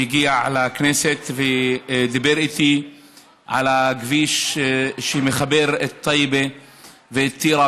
שהגיע לכנסת ודיבר איתי על הכביש שמחבר את טייבה ואת טירה